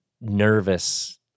nervous